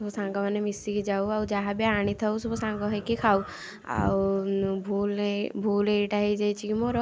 ସବୁ ସାଙ୍ଗମାନେ ମିଶିକି ଯାଉ ଆଉ ଯାହାବି ଆଣିଥାଉ ସବୁ ସାଙ୍ଗ ହେଇକି ଖାଉ ଆଉ ଭୁଲରେ ଭୁଲ ଏଇଟା ହେଇଯାଇଛି କି ମୋର